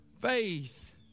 faith